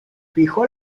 fijó